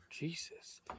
Jesus